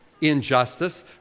injustice